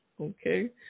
Okay